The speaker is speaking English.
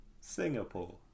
Singapore